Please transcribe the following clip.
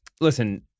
listen